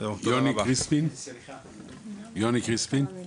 אני רוצה לשפוך פה אור